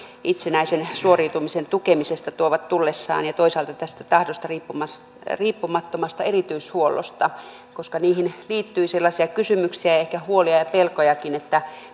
itsenäisen suoriutumisen tukemisesta tuovat tullessaan ja toisaalta tästä tahdosta riippumattomasta erityishuollosta koska niihin liittyy sellaisia kysymyksiä ehkä huolia ja pelkojakin